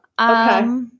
Okay